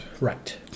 Right